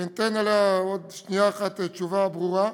שאתן עליה עוד שנייה אחת תשובה ברורה,